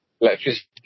electricity